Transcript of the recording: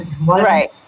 Right